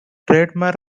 trademark